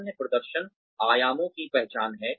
अन्य प्रदर्शन आयामों की पहचान है